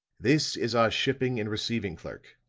this is our shipping and receiving clerk,